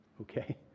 Okay